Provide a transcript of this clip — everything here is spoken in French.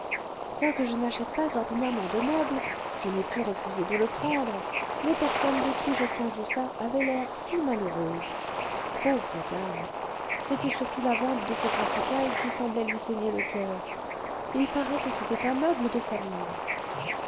quoique je n'achète pas ordinairement de meubles je n'ai pu refuser de le prendre les personnes de qui je tiens tout ça avaient l'air si malheureuses pauvre dame c'était surtout la vente de cette antiquaille qui semblait lui saigner le coeur il paraît que c'était un meuble de famille